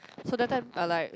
so that time I like